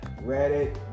Reddit